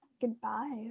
goodbye